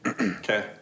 Okay